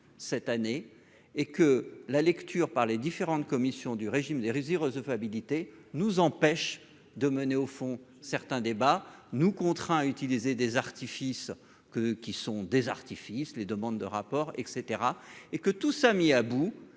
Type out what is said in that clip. cette année et que la lecture par les différentes commissions du régime des hérésie recevabilité nous empêche de mener au fond, certains débats nous contraint à utiliser des artifices que qui sont des artifices, les demandes de rapport et cetera et que tout Sami Abou